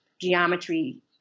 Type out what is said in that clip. geometry